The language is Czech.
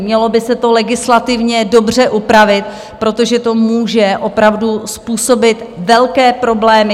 Mělo by se to legislativně dobře upravit, protože to může opravdu způsobit velké problémy.